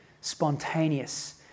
spontaneous